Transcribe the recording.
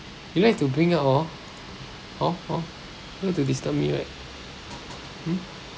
you like to bring up hor hor hor you like to disturb to right hmm